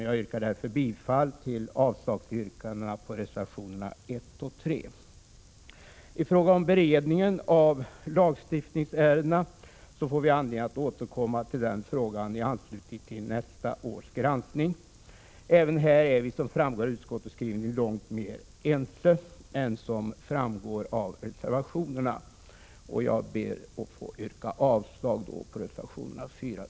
Jag yrkar därför bifall till avslagsyrkandena på reservationerna 1-3. Beredning av lagstiftningsärendena får vi anledning att återkomma till i anslutning till nästa års granskning. Även här är vi, som framgår av utskottsskrivningen, långt mer ense än vad som framgår av reservationerna. Jag ber att få yrka avslag på reservationerna 4—6.